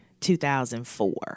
2004